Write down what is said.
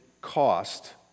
cost